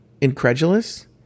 incredulous